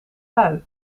bui